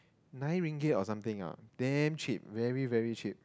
nine ringgit or something lah damn cheap very very cheap